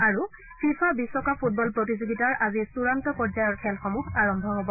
আৰু ফিফা বিশ্বকাপ ফুটবল প্ৰতিযোগিতাৰ আজি চূড়ান্ত পৰ্যায়ৰ খেলসমূহ আৰম্ভ হব